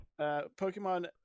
Pokemon